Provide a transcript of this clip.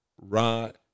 Rod